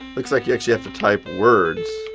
looks like you actually have to type words.